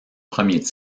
premier